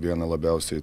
vieną labiausiai